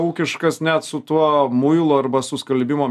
ūkiškas net su tuo muilu arba su skalbimo